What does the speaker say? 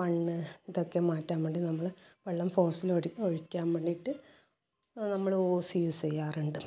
മണ്ണ് ഇതൊക്കെ മാറ്റാൻ വേണ്ടി നമ്മൾ വെള്ളം ഫോഴ്സിൽ ഒഴിക്കാൻ വേണ്ടിയിട്ട് നമ്മൾ ഓസ് യൂസ് ചെയ്യാറുണ്ട്